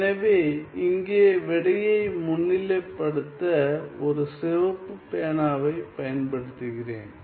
எனவே இங்கே விடையை முன்னிலைப்படுத்த ஒரு சிவப்பு பேனாவைப் பயன்படுத்துகிறேன்